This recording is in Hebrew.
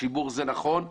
השימוש זה נכון ,